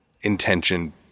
intention